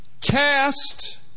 Cast